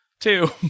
Two